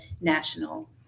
national